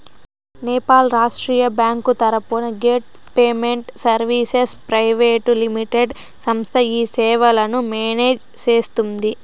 నేపాల్ రాష్ట్రీయ బ్యాంకు తరపున gate payment services private limited సంస్థ ఈ సేవలను మేనేజ్ సేస్తుందా?